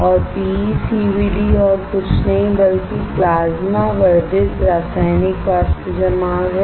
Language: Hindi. PECVD और कुछ नहीं बल्कि प्लाज्मा वर्धित रासायनिक वाष्प जमाव है